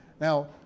Now